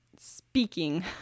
speaking